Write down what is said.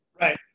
Right